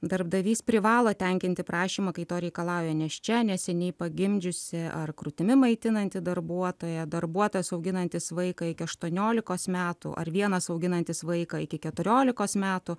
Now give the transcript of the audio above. darbdavys privalo tenkinti prašymą kai to reikalauja nėščia neseniai pagimdžiusi ar krūtimi maitinanti darbuotoja darbuotojas auginantis vaiką iki aštuoniolikos metų ar vienas auginantis vaiką iki keturiolikos metų